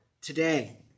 today